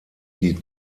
die